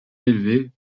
élevé